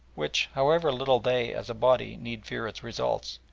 which, however little they, as a body, need fear its results,